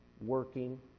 working